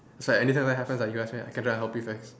is like anytime happens can ask me ah can try to help you fix